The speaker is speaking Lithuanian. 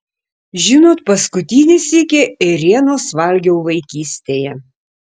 žinot paskutinį sykį ėrienos valgiau vaikystėje